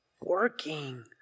Working